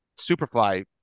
Superfly